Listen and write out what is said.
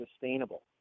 sustainable